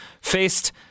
faced